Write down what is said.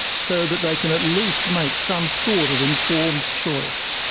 so that they can at least make some sort of informed choice.